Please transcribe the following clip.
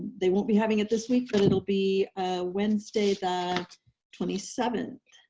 they won't be having it this week, but it'll be wednesday, the twenty seventh.